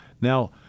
Now